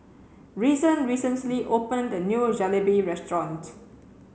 reason recently opened a new Jalebi restaurant